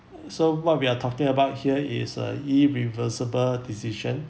so what we're talking about here is a irreversible decision